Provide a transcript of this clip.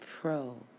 pro